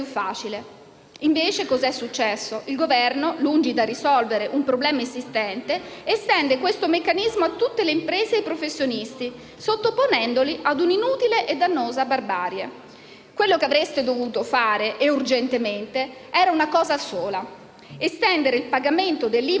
Invece cosa è successo? Il Governo, lungi dal risolvere un problema esistente, estende questo meccanismo a tutte le imprese e i professionisti, sottoponendoli a un'inutile e dannosa barbarie. Quello che avreste dovuto fare, urgentemente, era una cosa sola: estendere il pagamento dell'IVA per cassa a